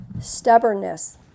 Stubbornness